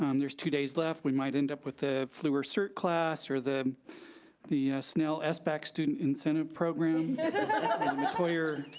um there's two day left. we might end up with a fewer cert class, or the the snail sbac student incentive program metoyer,